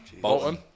Bolton